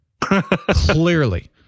clearly